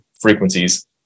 frequencies